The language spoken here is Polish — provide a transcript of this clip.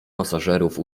pasażerów